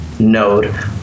node